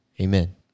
Amen